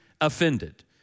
offended